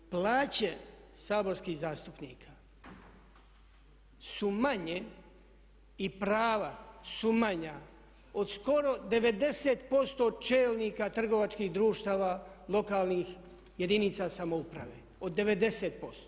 Plaće saborskih zastupnika su manje i prava su manja od skoro 90% čelnika trgovačkih društava lokalnih jedinica samouprave, od 90%